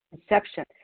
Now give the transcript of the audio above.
inception